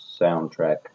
soundtrack